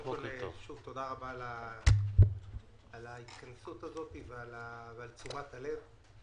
תודה רבה על ההתכנסות ועל תשומת הלב.